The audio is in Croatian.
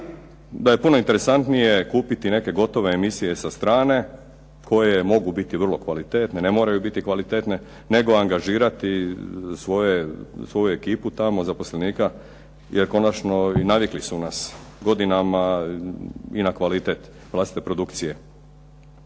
da je puno interesantnije kupiti neke gotove emisije sa strane koje mogu biti vrlo kvalitetne, ne moraju biti kvalitetne nego angažirati svoju ekipu tamo zaposlenika jer konačno i navikli su nas godinama i na kvalitet vlastite produkcije.